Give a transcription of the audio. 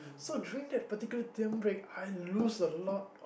so during that particular term break I lose a lot of